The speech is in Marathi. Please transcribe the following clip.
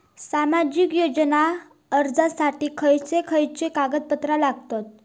सामाजिक योजना अर्जासाठी खयचे खयचे कागदपत्रा लागतली?